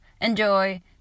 enjoy